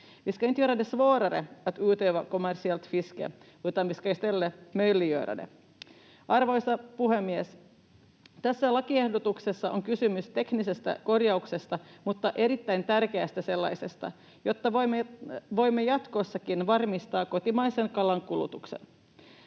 Arvoisa puhemies! Tässä lakiehdotuksessa on kysymys teknisestä korjauksesta, mutta erittäin tärkeästä sellaisesta, jotta voimme jatkossakin varmistaa kotimaisen kalan kulutuksen.